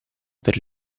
per